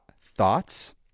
Thoughts